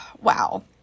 Wow